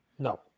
No